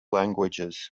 languages